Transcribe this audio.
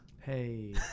hey